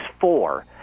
four